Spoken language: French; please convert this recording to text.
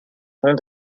pont